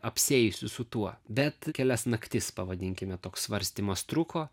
apsieisiu su tuo bet kelias naktis pavadinkime toks svarstymas truko